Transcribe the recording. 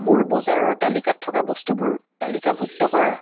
মোৰ বজাৰৰ তালিকাত থকা বস্তুবোৰ তালিকাভুক্ত কৰা